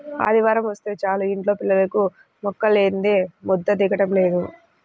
ఆదివారమొస్తే చాలు యింట్లో పిల్లలకు ముక్కలేందే ముద్ద దిగటం లేదు